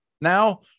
Now